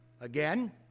Again